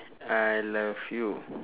I love you